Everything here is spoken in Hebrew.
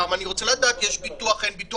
אני רוצה לדעת אם יש ביטוח או אין ביטוח.